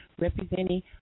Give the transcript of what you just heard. representing